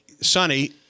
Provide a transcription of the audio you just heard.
Sonny